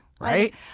right